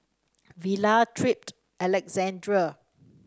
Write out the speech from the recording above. Vela Tripp and Alessandra